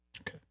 Okay